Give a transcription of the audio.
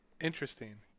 Interesting